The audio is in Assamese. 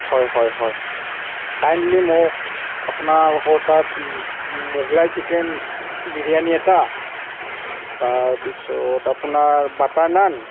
হয় হয় হয় কাইণ্ডলি মোক আপোনালোকৰ তাত মোগলাই চিকেন বিৰিয়ানী এটা তাৰ পিছত আপোনাৰ বাটাৰ নান